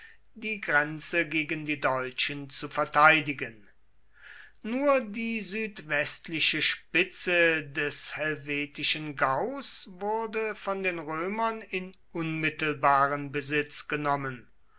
die grenze gegen die deutschen zu verteidigen nur die südwestliche spitze des helvetischen gaus wurde von den römern in unmittelbaren besitz genommen